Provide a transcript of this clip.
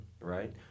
right